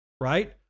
right